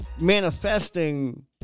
manifesting